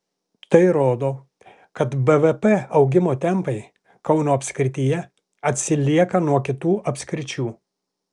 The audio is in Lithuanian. tai rodo kad bvp augimo tempai kauno apskrityje atsilieka nuo kitų apskričių